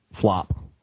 flop